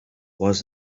was